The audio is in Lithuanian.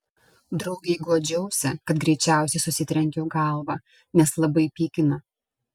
draugei guodžiausi kad greičiausiai susitrenkiau galvą nes labai pykina